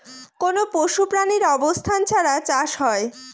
কোনো পশু প্রাণীর অবস্থান ছাড়া চাষ হয়